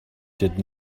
did